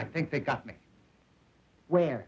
i think they got me where